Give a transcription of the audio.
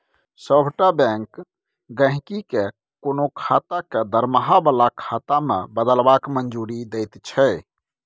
सभटा बैंक गहिंकी केँ कोनो खाता केँ दरमाहा बला खाता मे बदलबाक मंजूरी दैत छै